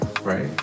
right